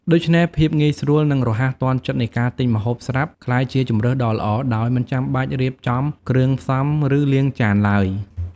ដូច្នេះ ភាពងាយស្រួល និងរហ័សទាន់ចិត្តនៃការទិញម្ហូបស្រាប់ក្លាយជាជម្រើសដ៏ល្អ ដោយមិនចាំបាច់រៀបចំគ្រឿងផ្សំ ឬលាងចានឡើយ។